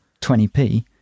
20p